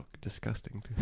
disgusting